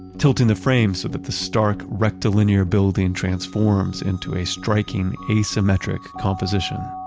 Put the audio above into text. tilting the frames so that the stark rectilinear building transforms into a striking asymmetric composition.